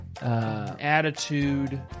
Attitude